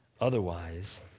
Otherwise